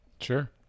Sure